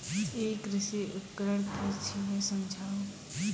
ई कृषि उपकरण कि छियै समझाऊ?